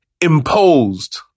imposed